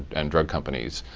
and drug companies.